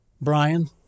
Brian